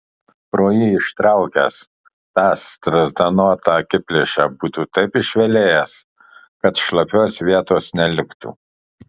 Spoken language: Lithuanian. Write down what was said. pro jį ištraukęs tą strazdanotą akiplėšą būtų taip išvelėjęs kad šlapios vietos neliktų